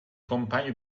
compagno